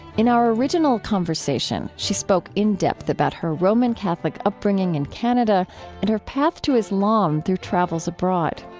in our original conversation, she spoke in-depth about her roman catholic upbringing in canada and her path to islam through travels abroad.